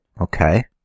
okay